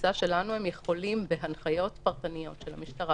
בתפיסה שלנו הם יכולים, בהנחיות פרטניות של המשטרה